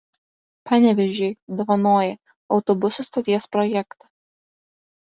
panevėžiui dovanoja autobusų stoties projektą